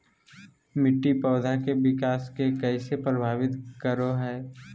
मिट्टी पौधा के विकास के कइसे प्रभावित करो हइ?